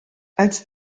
als